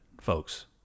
folks